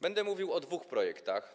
Będę mówił o dwóch projektach.